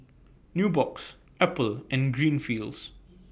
Nubox Apple and Greenfields